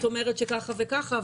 את אומרת שככה וככה,